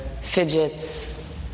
fidgets